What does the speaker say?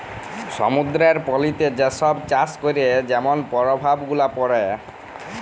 সমুদ্দুরের পলিতে যে ছব চাষ ক্যরে যেমল পরভাব গুলা পড়ে